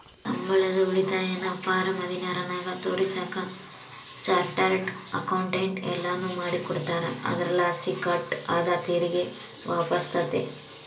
ಸಂಬಳದ ಉಳಿತಾಯನ ಫಾರಂ ಹದಿನಾರರಾಗ ತೋರಿಸಾಕ ಚಾರ್ಟರ್ಡ್ ಅಕೌಂಟೆಂಟ್ ಎಲ್ಲನು ಮಾಡಿಕೊಡ್ತಾರ, ಅದರಲಾಸಿ ಕಟ್ ಆದ ತೆರಿಗೆ ವಾಪಸ್ಸಾತತೆ